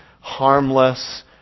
harmless